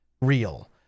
real